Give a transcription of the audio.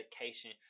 medication